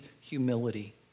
humility